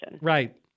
right